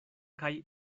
kaj